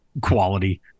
quality